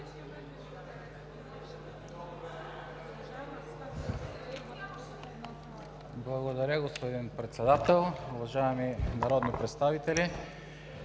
Благодаря Ви, госпожо Председател. Уважаеми народни представители!